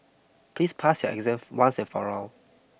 please pass your exam once and for all